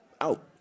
out